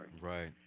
Right